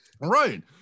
Right